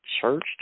church